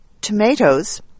tomatoes